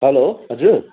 hello हजुर